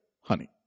Honey